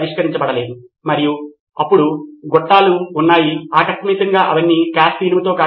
సిద్ధార్థ్ మాతురి ఒక పరిస్థితిలో విద్యార్థులకు స్మార్ట్ఫోన్ ఉండవలసిన అవసరం లేదు నా సోదరుడు ప్రస్తుతం తన 11 వ తరగతిలో ఉన్నాడు